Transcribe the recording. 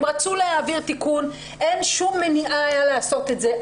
אם רצו להעביר תיקון, אין שום מניעה לעשות את זה.